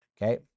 Okay